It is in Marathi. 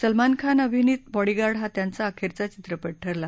सलमान खान अभिनीत बॉडीगार्ड हा त्यांचा अखेरचा चित्रपट ठरला